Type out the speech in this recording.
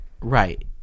Right